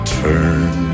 turn